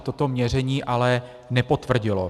Toto měření ale nepotvrdilo.